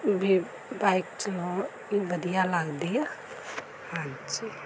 ਵੀ bike ਚਲਾਉਣੀ ਵਧੀਆ ਲੱਗਦੀ ਆ ਹਾਂਜੀ